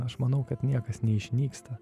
aš manau kad niekas neišnyksta